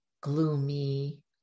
gloomy